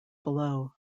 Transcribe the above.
below